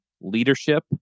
leadership